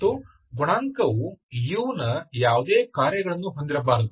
ಮತ್ತು ಗುಣಾಂಕವು u ನ ಯಾವುದೇ ಕಾರ್ಯಗಳನ್ನು ಹೊಂದಿರಬಾರದು